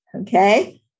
Okay